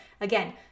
again